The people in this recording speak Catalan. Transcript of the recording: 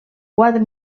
quatre